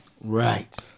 Right